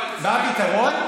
מה הפתרון?